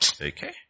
Okay